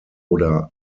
oder